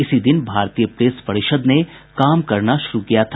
इसी दिन भारतीय प्रेस परिषद ने काम करना शुरु किया था